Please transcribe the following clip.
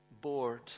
bored